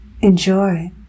Enjoy